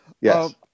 Yes